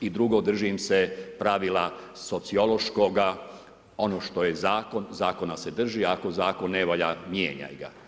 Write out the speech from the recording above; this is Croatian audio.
I drugo, držim se pravila sociološkoga, ono što je zakon, zakona se drži, ako zakon ne valja mijenjaj ga.